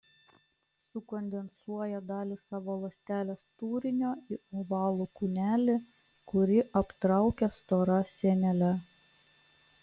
sukondensuoja dalį savo ląstelės turinio į ovalų kūnelį kurį aptraukia stora sienele